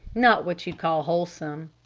not what you'd call wholesome.